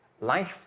life